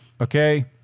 Okay